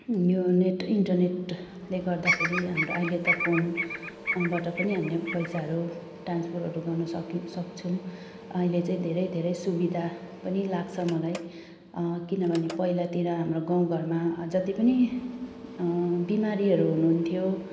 यो नेट इन्टरनेटले गर्दाखेरि हाम्रो अहिले त फोन बाट पनि हामीले पैसाहरू ट्रान्सफरहरू गर्न सक्छौँ अहिले चाहिँ धेरै धेरै सुविधा पनि लाग्छ मलाई किनभने पहिलातिर हाम्रो गाउँघरमा जति पनि बिमारीहरू हुनुहुन्थ्यो